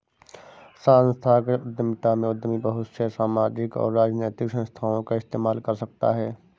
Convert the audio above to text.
संस्थागत उद्यमिता में उद्यमी बहुत से सामाजिक और राजनैतिक संस्थाओं का इस्तेमाल कर सकता है